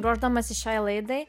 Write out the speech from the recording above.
ruošdamasis šiai laidai